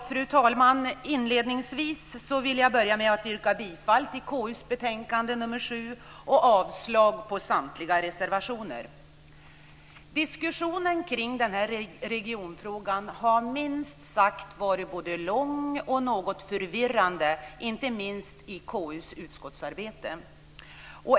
Fru talman! Inledningsvis vill jag yrka bifall till förslaget till riksdagsbeslut i KU:s betänkande 7 och avslag på samtliga reservationer. Diskussionen kring regionfrågan har minst sagt varit både lång och förvirrande, inte minst i KU:s utskottsarbete.